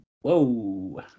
whoa